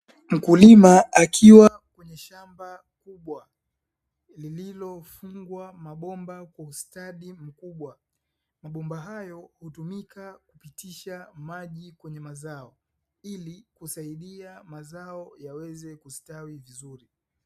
Mkulima akiwa kwenye shamba kubwa lililofungwa mabomba kwa ustadi mkubwa. Mabomba hayo hutumika kupitisha maji kwenye mazao, ili kusaidia mazao yaweze kustawi vizuri.